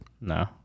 No